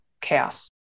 chaos